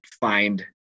find